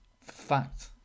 Fact